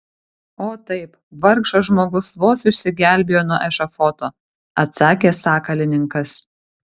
o taip vargšas žmogus vos išsigelbėjo nuo ešafoto atsakė sakalininkas